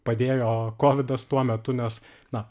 padėjo kovidas tuo metu nes na